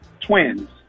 twins